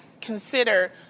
Consider